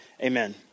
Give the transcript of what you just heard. Amen